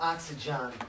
Oxygen